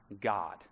God